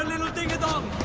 little dingadong!